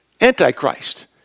Antichrist